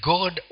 God